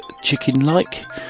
chicken-like